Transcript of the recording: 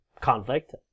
conflict